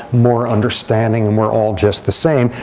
more understanding and we're all just the same.